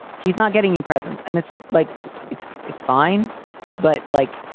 he's not getting your presence. and it's like it's it's fine but like,